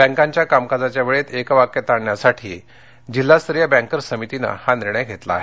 बँकांच्या कामकाजाच्या वेळेत एकवाक्यता आणण्यासाठी जिल्हास्तरीय बँकर्स समितीने हा निर्णय घेतला आहे